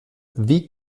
wie